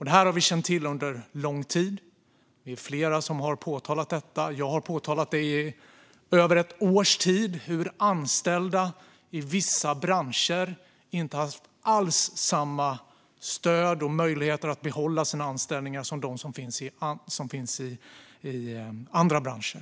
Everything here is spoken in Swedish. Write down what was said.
Det har vi känt till under lång tid. Det är flera som har påtalat detta. Jag har i över ett års tid påtalat hur anställda i vissa branscher inte alls har haft samma stöd och möjligheter att behålla sina anställningar som anställda i andra branscher.